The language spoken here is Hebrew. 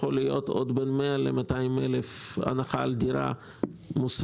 יכול להיות עוד בין 100,000 ל-200,000 הנחה על דירה מוסווית.